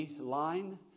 line